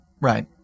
right